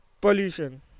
pollution